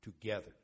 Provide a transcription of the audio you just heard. together